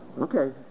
Okay